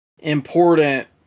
important